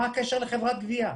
מה הקשר לחברת גבייה?